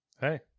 Hey